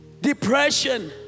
depression